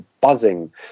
buzzing